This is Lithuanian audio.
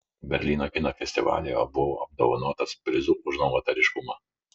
berlyno kino festivalyje buvo apdovanotas prizu už novatoriškumą